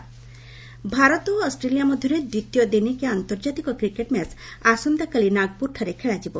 cricket Bharat ଓ Australia ମଧ୍ୟରେ ଦ୍ୱିତୀୟ ଦିନିକିଆ ଆନ୍ତର୍ଜାତିକ କ୍ରିକେଟ୍ ମ୍ୟାଚ୍ ଆସନ୍ତାକାଲି ନାଗପୁରଠାରେ ଖେଳାଯିବ